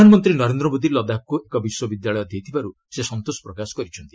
ପ୍ରଧାନମନ୍ତ୍ରୀ ନରେନ୍ଦ୍ର ମୋଦୀ ଲଦାଖକୁ ଏକ ବିଶ୍ୱବିଦ୍ୟାଳୟ ଦେଇଥିବାର୍ ସେ ସନ୍ତୋଷ ପ୍ରକାଶ କରିଛନ୍ତି